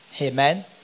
amen